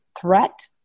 threat